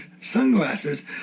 sunglasses